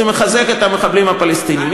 זה מחזק את המחבלים הפלסטינים.